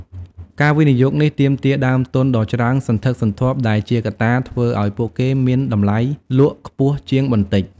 ការវិនិយោគនេះទាមទារដើមទុនដ៏ច្រើនសន្ធឹកសន្ធាប់ដែលជាកត្តាធ្វើឱ្យពួកគេមានតម្លៃលក់ខ្ពស់ជាងបន្តិច។